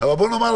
אבל בוא נאמר,